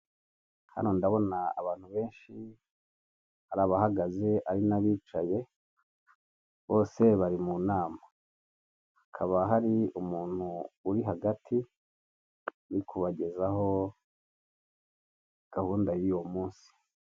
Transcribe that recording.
Hano ndabona abantu benshi ari abahagaze ari n'abicaye bose bari mu nama, hakaba hari umuntu uri hagati uri kubagezaho gahunda y'uwo munsi.